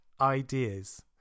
ideas